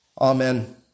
Amen